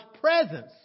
presence